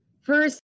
first